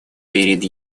перед